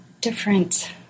different